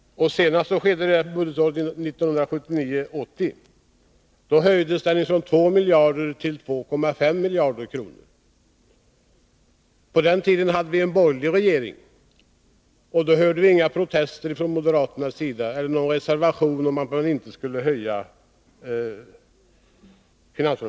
Senast skedde det budgetåret 1979/80. Då höjdes den från 2 miljarder till 2,5 miljarder. På den tiden hade vi en borgerlig regering, och då hördes inga protester mot höjningen från moderaterna.